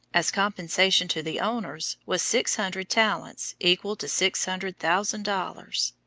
as compensation to the owners, was six hundred talents, equal to six hundred thousand dollars.